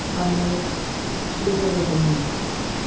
of liberalism and lefties.